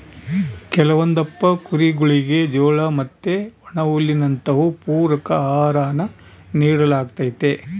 ಕೆಲವೊಂದಪ್ಪ ಕುರಿಗುಳಿಗೆ ಜೋಳ ಮತ್ತೆ ಒಣಹುಲ್ಲಿನಂತವು ಪೂರಕ ಆಹಾರಾನ ನೀಡಲಾಗ್ತತೆ